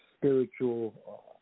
spiritual